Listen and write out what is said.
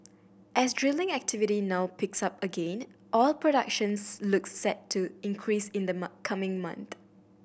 as drilling activity now picks up again oil productions looks set to increase in the coming month